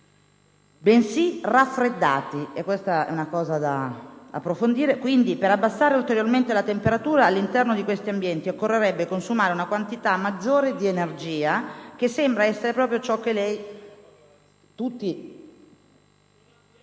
bensì raffreddati. Questo è un aspetto da approfondire. Pertanto, per abbassare ulteriormente la temperatura all'interno di questi ambienti occorrerebbe consumare una quantità maggiore di energia, che sembra essere proprio ciò che lei e tutti